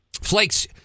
flakes